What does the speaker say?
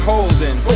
Holding